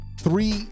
three